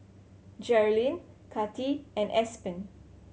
Jerilynn Kati and Aspen